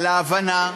על ההבנה,